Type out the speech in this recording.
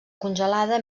congelada